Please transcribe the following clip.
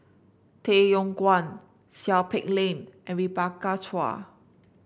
Tay Yong Kwang Seow Peck Leng and Rebecca Chua